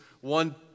one